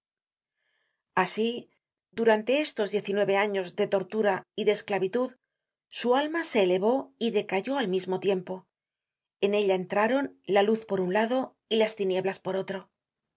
así durante estos diez y nueve años de tortura y de esclavitud su alma se elevó y decayó al mismo tiempo en ella entraron la luz por un lado y las tinieblas por otro